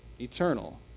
eternal